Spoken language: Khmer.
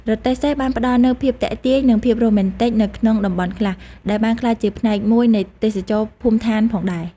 រទេះសេះបានផ្តល់នូវភាពទាក់ទាញនិងភាពរ៉ូមែនទិកនៅក្នុងតំបន់ខ្លះ ដែលបានក្លាយជាផ្នែកមួយនៃទេសចរណ៍ភូមិដ្ឋានផងដែរ។